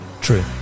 True